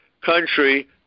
country